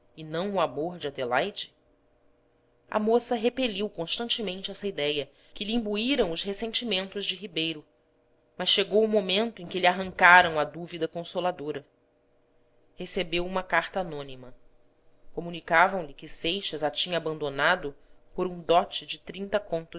e não o amor de adelaide a moça repeliu constantemente essa idéia que lhe imbuíram os ressentimentos de ribeiro mas chegou o momento em que lhe arrancaram a dúvida consoladora recebeu uma carta anônima comunicavam lhe que seixas a tinha abandonado por um dote de trinta contos